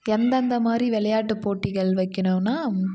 எந்தெந்த மாதிரி விளையாட்டு போட்டிகள் வைக்கணும்னா